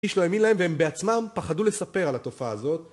איש לא האמין להם והם בעצמם פחדו לספר על התופעה הזאת